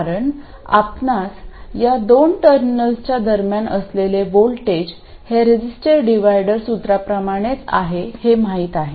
कारण आपणास या दोन टर्मिनल्सच्या दरम्यान असलेले व्होल्टेज हे रजिस्टर डिव्हायडर सूत्राप्रमाणेच आहे हे माहित आहे